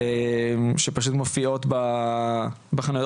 שפשוט מופיעות בחנויות.